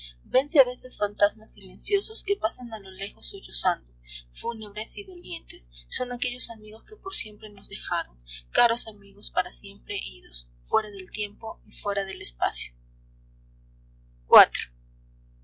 vense a veces fantasmas silenciosos que pasan a lo lejos sollozando fúnebres y dolientes son aquellos amigos que por siempre nos dejaron caros amigos para siempre idos fuera del tiempo y fuera del espacio